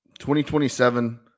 2027